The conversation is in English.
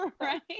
Right